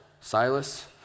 Silas